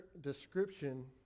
description